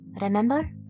remember